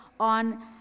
on